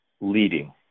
leading